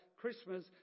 Christmas